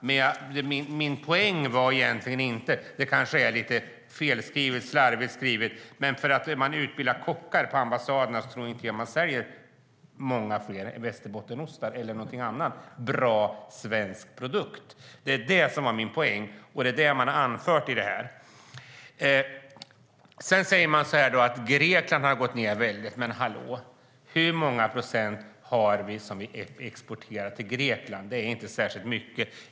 Det var kanske slarvigt uttryckt av mig, men min poäng var att bara att man utbildar kockar i ambassader tror jag inte gör att vi säljer många fler västerbottenostar eller någon annan bra svensk produkt. Det var min poäng, och det är det som är anfört här. Man säger att exporten till Grekland har gått ned väldigt. Men hallå: Hur många procent av vår export går till Grekland? Det är inte särskilt mycket.